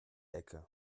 ecke